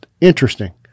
Interesting